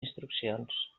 instruccions